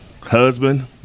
husband